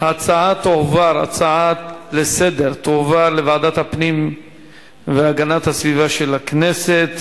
ההצעה לסדר-היום תועבר לוועדת הפנים והגנת הסביבה של הכנסת.